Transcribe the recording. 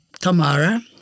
Tamara